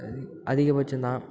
அதிகம் அதிகபட்சந்தான்